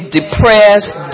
depressed